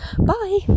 bye